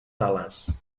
ales